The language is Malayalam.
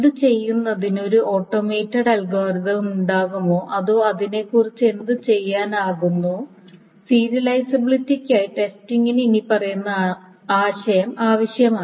ഇത് ചെയ്യുന്നതിന് ഒരു ഓട്ടോമേറ്റഡ് അൽഗോരിതം ഉണ്ടാകുമോ അതോ അതിനെക്കുറിച്ച് എന്ത് ചെയ്യാനാകുമെന്നോ സീരിയലിസബിലിറ്റിക്കായി ടെസ്റ്റിംഗിന് ഇനിപ്പറയുന്ന ആശയം ആവശ്യമാണ്